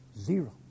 Zero